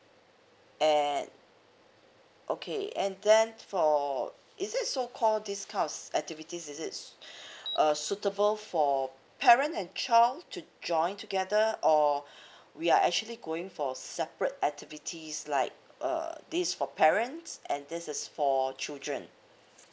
and okay and then for is it so call this kind of activities is it uh suitable for parent and child to join together or we are actually going for separate activities like err this for parents and this is for children